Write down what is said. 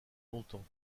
longtemps